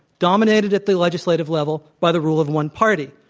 dominated at the legislative level by the rule of one party.